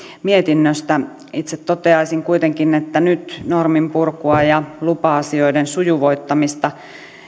mietinnöstä itse toteaisin kuitenkin että nyt norminpurkua ja lupa asioiden sujuvoittamista